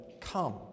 come